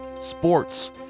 sports